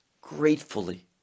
gratefully